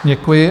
Děkuji.